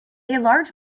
large